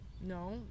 No